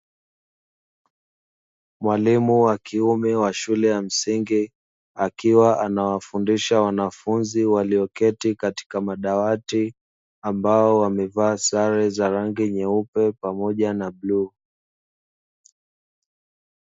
Mwalimu wa kiume wa shule ya msingi akiwa anawafundisha wanafunzi walioketi katika madawati ambao wamevaa sare za rangi nyeupe pamoja na bluu.